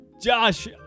Josh